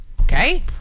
okay